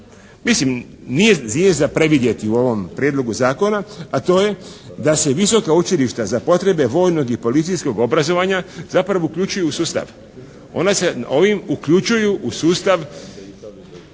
razumije./… za previdjeti u ovom prijedlogu ovog zakona a to je da se visoka učilišta za potrebe vojnog i policijskog obrazovanja zapravo uključuju u sustav. Ona se ovim uključuju u sustav